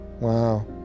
wow